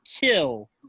kill